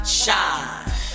shine